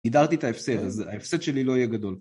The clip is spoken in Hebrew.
גידרתי את ההפסד, ההפסד שלי לא יהיה גדול